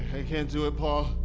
i can't do it paul.